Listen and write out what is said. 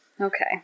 Okay